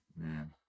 man